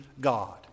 God